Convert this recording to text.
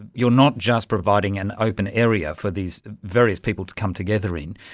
and you're not just providing an open area for these various people to come together in,